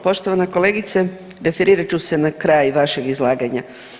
Poštovana kolegice, referirat ću se na kraj vašeg izlaganja.